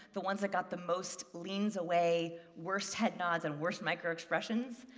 the ones that got the most leans away, worst head nods, and worst microexpressions,